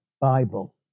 Bible